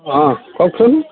অঁ কওকচোন